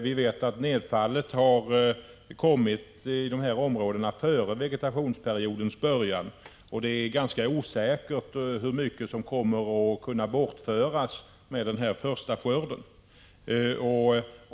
Vi vet att nedfallet i de aktuella områdena har kommit före vegetationsperiodens början. Det är ganska osäkert hur mycket som kommer att kunna bortföras med den första skörden.